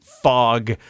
fog